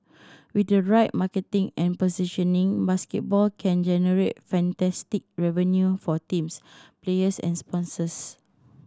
with the right marketing and positioning basketball can generate fantastic revenue for teams players and sponsors